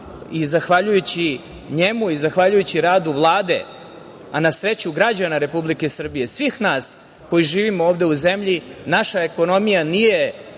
i zahvaljujući njemu i zahvaljujući radu Vlade, a na sreću građana Republike Srbije, svih nas koji živimo ovde u zemlji naša ekonomija nije